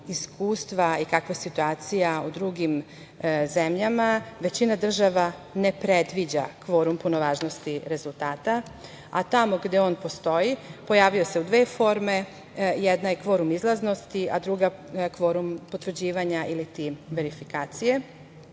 iskustva i kakva je situacija u drugim zemljama većina država ne predviđa kvorum punovažnosti rezultata, a tamo gde on postoji pojavio se u dve forme. Jedna je kvorum izlaznosti, a druga je kvorum potvrđivanja iliti verifikacije.